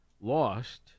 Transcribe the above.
lost